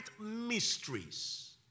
mysteries